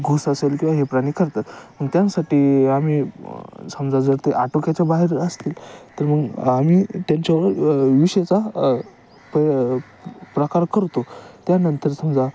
घूस असेल किंवा हे प्राणी करतात मग त्यानुसार ते आम्ही समजा जर ते आटोक्याच्या बाहेर असतील तर मग आम्ही त्यांच्यावर विषाचा प प्रकार करतो त्यानंतर समजा